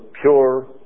pure